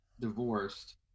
divorced